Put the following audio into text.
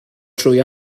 trwy